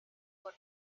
por